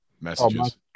messages